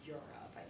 Europe